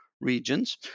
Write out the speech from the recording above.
regions